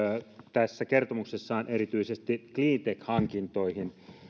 tässä kertomuksessaan erityisesti cleantech hankintoihin